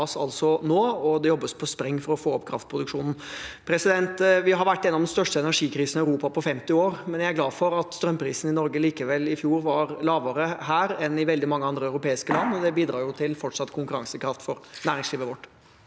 det jobbes på spreng for å få opp kraftproduksjonen. Vi har vært gjennom den største energikrisen i Europa på 50 år, men jeg er glad for at strømprisene i Norge likevel i fjor var lavere her enn i veldig mange andre europeiske land, og det bidrar til fortsatt konkurransekraft for næringslivet vårt.